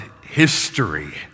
history